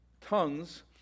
tongues